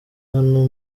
hano